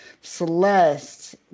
Celeste